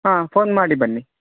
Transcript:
ಹಾಂ ಫೋನ್ ಮಾಡಿ ಬನ್ನಿ